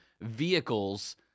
vehicles